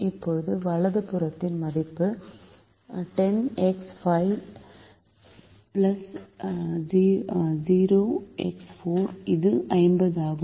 இப்போது வலது புறத்தின் மதிப்பு இது 50 ஆகும்